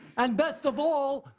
and best of all,